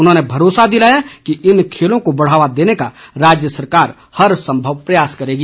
उन्होंने भरोसा दिलाया कि इन खेलों को बढ़ावा देने का राज्य सरकार हर संभव प्रयास करेगी